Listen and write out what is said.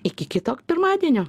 iki kito pirmadienio